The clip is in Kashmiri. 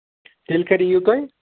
تیٚلہِ کَر یِیِو تُہۍ